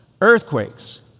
earthquakes